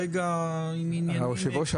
היושב ראש,